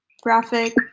graphic